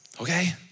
Okay